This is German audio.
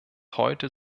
heute